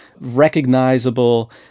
recognizable